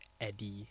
Eddie